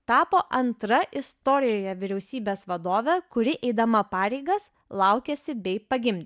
tapo antra istorijoje vyriausybės vadove kuri eidama pareigas laukėsi bei pagim